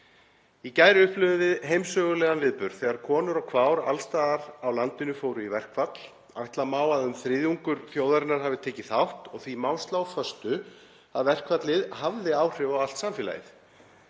Í gær upplifðum við heimssögulegan viðburð þegar konur og kvár alls staðar á landinu fóru í verkfall. Ætla má að um þriðjungur þjóðarinnar hafi tekið þátt og því má slá föstu að verkfallið hafi haft áhrif á allt samfélagið.